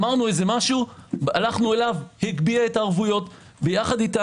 אמרנו משהו, הלכנו אליו, הגביל את הערבויות אתנו.